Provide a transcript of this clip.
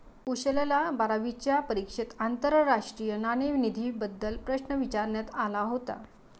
कुशलला बारावीच्या परीक्षेत आंतरराष्ट्रीय नाणेनिधीबद्दल प्रश्न विचारण्यात आला होता